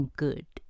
good